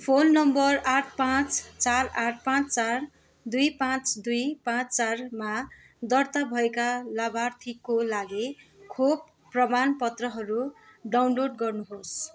phone number आठ पाँच चार आठ पाँच चार दुई पाँच दुई पाँच चारमा दर्ता भएका लाभार्थीको लागि खोप प्रमाणपत्रहरू डाउनलोड गर्नुहोस्